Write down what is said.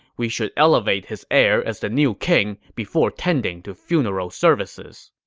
we should elevate his heir as the new king before tending to funeral services.